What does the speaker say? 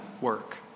work